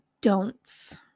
don'ts